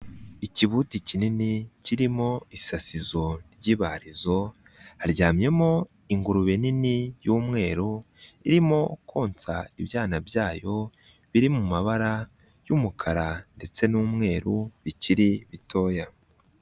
Ikibuti kinini kirimo isasizo ry'ibarizo haryamyemo ingurube nini y'umweru irimo konsa ibyana byayo biri mu mabara y'umukara ndetse n'umweru bikiri bitoya.